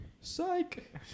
Psych